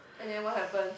and then what happen